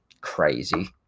Crazy